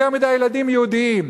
יותר מדי ילדים יהודים.